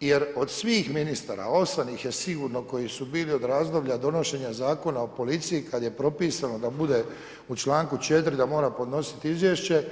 jer od svih ministara, 8 ih je sigurno koji su bili od razdoblja donošenja Zakona o policiji kad je propisano da bude u članku 4. da mora podnositi izvješće.